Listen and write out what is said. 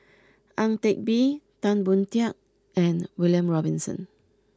Ang Teck Bee Tan Boon Teik and William Robinson